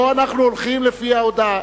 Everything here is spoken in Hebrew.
או אנחנו הולכים לפני ההודעה.